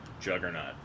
Juggernaut